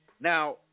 Now